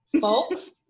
folks